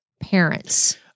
Parents